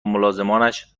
ملازمانش